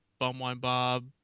bumwinebob